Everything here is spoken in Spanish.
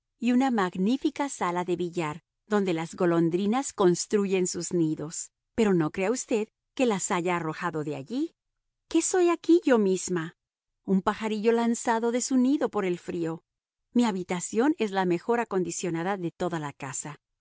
y una magnífica sala de billar donde las golondrinas construyen sus nidos pero no crea usted que las haya arrojado de allí qué soy aquí yo misma un pajarillo lanzado de su nido por el frío mi habitación es la mejor acondicionada de toda la casa